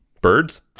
Birds